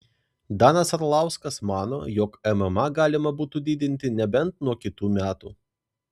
danas arlauskas mano jog mma galima būtų didinti nebent nuo kitų metų